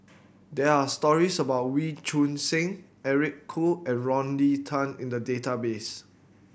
there are stories about Wee Choon Seng Eric Khoo and Rodney Tan in the database